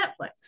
Netflix